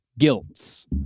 guilts